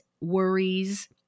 worries